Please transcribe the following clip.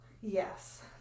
Yes